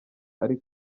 ari